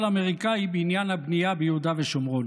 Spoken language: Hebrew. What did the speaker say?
האמריקאי בעניין הבנייה ביהודה ושומרון,